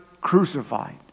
crucified